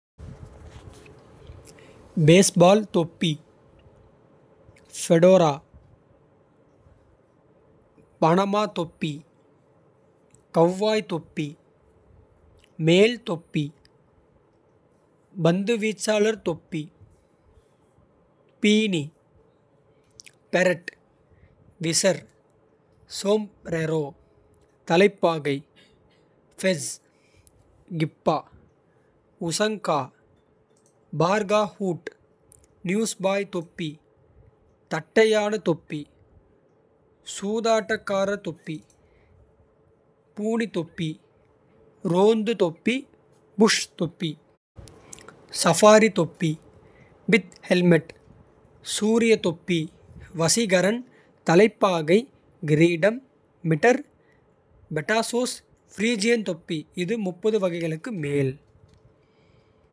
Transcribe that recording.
பேஸ்பால் தொப்பி fedora Panama. தொப்பி cowboy தொப்பி மேல் தொப்பி. பந்து வீச்சாளர் தொப்பி பீனி பெரெட். விசர் சோம்ப்ரெரோ தலைப்பாகை fez kippah. Ushanka parka hood newsboy தொப்பி. தட்டையான தொப்பி சூதாட்டக்காரர் தொப்பி. பூனி தொப்பி ரோந்து தொப்பி புஷ் தொப்பி. சபாரி தொப்பி பித் ஹெல்மெட் சூரிய தொப்பி. வசீகரன் தலைப்பாகை கிரீடம் மிட்டர் பெட்டாசோஸ். பிரிஜியன் தொப்பி இது வகைகளுக்கு மேல்.